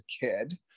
kid